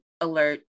alert